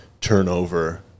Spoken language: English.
turnover